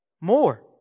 More